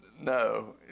No